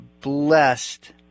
blessed